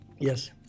Yes